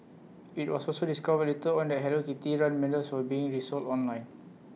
IT was also discovered later on that hello kitty run medals were being resold online